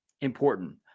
important